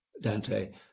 Dante